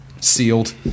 Sealed